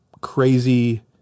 crazy